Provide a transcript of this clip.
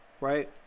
Right